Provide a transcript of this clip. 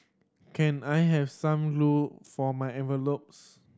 can I have some glue for my envelopes